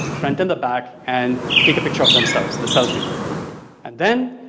front and the back and take a picture of themselves, the selfie and then,